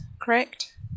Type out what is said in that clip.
correct